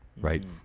right